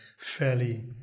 Fairly